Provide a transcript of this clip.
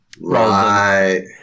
Right